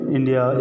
India